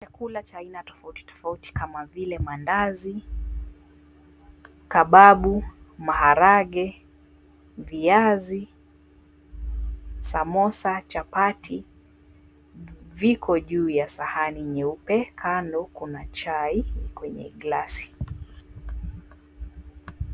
Chakula cha aina tofauti tofauti kama vile mandazi, kababu, maharage, viazi, samosa, chapati, viko juu ya sahani nyeupe kando kuna chai kwenye glasi.